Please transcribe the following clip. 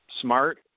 smart